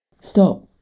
Stop